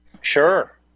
sure